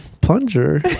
plunger